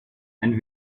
and